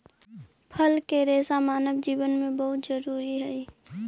फल के रेसा मानव जीवन में बहुत जरूरी हई